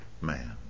man